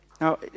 Now